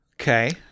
Okay